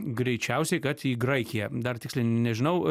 greičiausiai kad į graikiją dar tiksliai nežinau